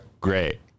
great